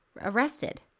arrested